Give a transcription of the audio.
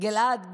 גלעד,